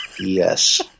Yes